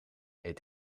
eet